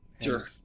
Sure